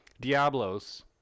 Diablos